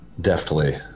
Deftly